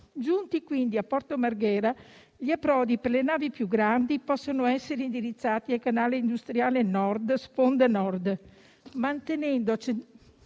commerciali. Da Porto Marghera gli approdi per le navi più grandi possono essere indirizzati quindi al canale industriale Nord, sponda Nord, mantenendo